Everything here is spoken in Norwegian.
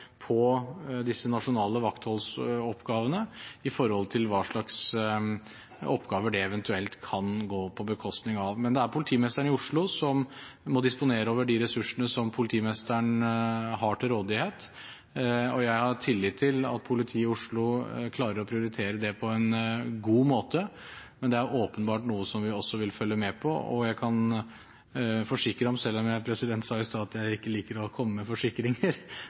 på disse nasjonale vaktholdsoppgavene med tanke på hva slags oppgaver det eventuelt kan gå på bekostning av. Men det er politimesteren i Oslo som må disponere over de ressursene som politimesteren har til rådighet. Jeg har tillit til at politiet i Oslo klarer å prioritere det på en god måte, men det er åpenbart noe som vi også vil følge med på. Jeg kan forsikre om – selv om jeg sa i stad at jeg ikke liker å komme med forsikringer